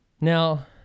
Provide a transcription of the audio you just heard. Now